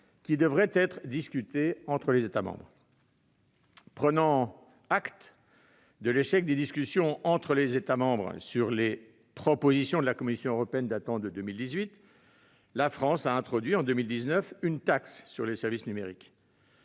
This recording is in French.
lequel devrait être discuté entre les États membres. Prenant acte de l'échec des discussions entre les États membres sur les propositions de la Commission européenne datant de 2018, la France a introduit en 2019 une taxe sur les services numériques.